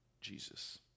Jesus